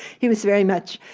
he was very much,